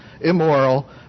immoral